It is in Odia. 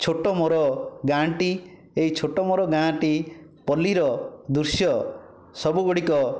ଛୋଟ ମୋର ଗାଁଟି ଏହି ଛୋଟ ମୋର ଗାଁଟି ପଲ୍ଲୀର ଦୃଶ୍ୟ ସବୁଗୁଡ଼ିକ